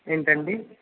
ఏంటండి